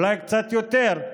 אולי קצת יותר,